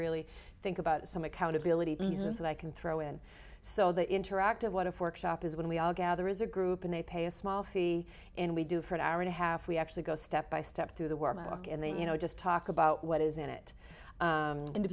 really think about some accountability beason that i can throw in so the interactive what if workshop is when we all gather is a group and they pay a small fee and we do for an hour and a half we actually go step by step through the word magic and then you know just talk about what is in it and